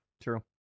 True